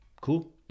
Cool